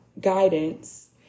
guidance